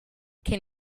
can